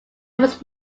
was